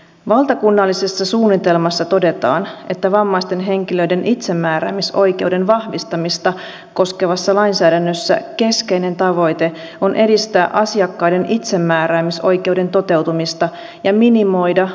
valtakunnallisessa suunnitelmassa todetaan että vammaisten henkilöiden itsemääräämisoikeuden vahvistamista koskevassa lainsäädännössä keskeinen tavoite on edistää asiakkaiden itsemääräämisoikeuden toteutumista ja minimoida rajoitustoimenpiteiden käyttöä